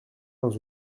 dans